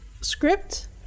script